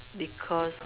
because